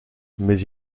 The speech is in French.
mais